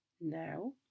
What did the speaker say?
now